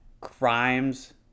Crimes